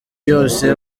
yose